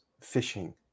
fishing